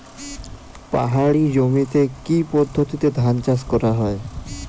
পাহাড়ী জমিতে কি পদ্ধতিতে ধান চাষ করা যায়?